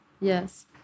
Yes